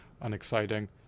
unexciting